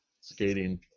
Skating